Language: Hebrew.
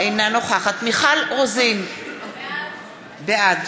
אינה נוכחת מיכל רוזין, בעד